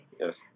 Yes